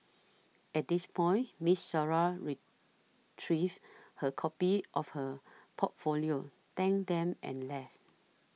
at this point Miss Sarah retrieved her copies of her portfolio thanked them and left